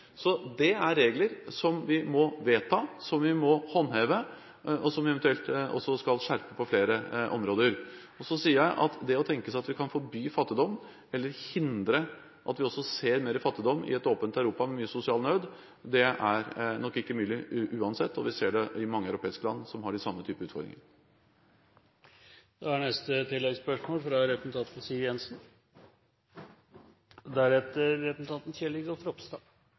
Det er regler som vi må vedta, som vi må håndheve, og som vi eventuelt skal skjerpe på flere områder. Så sier jeg at det å tenke oss at vi kan forby fattigdom, eller hindre at vi ser mer fattigdom i et åpent Europa med mye sosial nød, er nok uansett ikke mulig. Vi ser det i mange andre europeiske land, som har de samme typer utfordringer. Siv Jensen – til neste